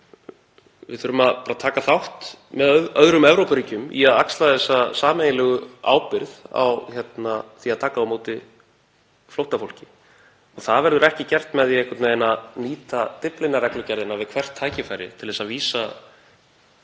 Við þurfum að taka þátt með öðrum Evrópuríkjum í að axla þessa sameiginlegu ábyrgð á því að taka á móti flóttafólki og það verður ekki gert með því að nýta Dyflinnarreglugerðina við hvert tækifæri til að vísa